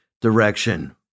direction